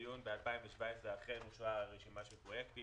בדיון ב-2017 אכן אושרה רשימה של פרויקטים.